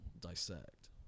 dissect